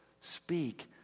speak